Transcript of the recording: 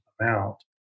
amount